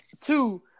two